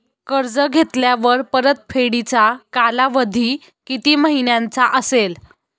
कर्ज घेतल्यावर परतफेडीचा कालावधी किती महिन्यांचा असेल?